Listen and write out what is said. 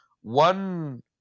one